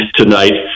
tonight